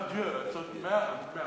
מציינת כנסת ישראל את יום המאבק בעוני.